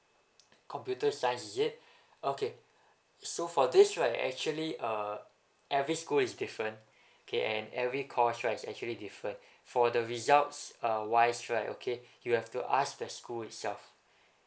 computer science is it okay so for this right actually uh every school is different okay and every course right is actually different for the results uh wise right okay you have to ask the school itself